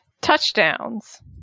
Touchdowns